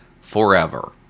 forever